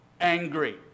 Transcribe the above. angry